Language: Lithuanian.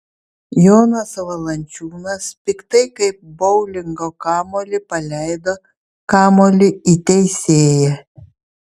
jonas valančiūnas piktai kaip boulingo kamuolį paleido kamuolį į teisėją